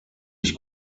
ich